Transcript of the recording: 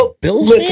bills